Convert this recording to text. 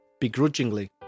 Begrudgingly